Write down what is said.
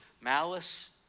malice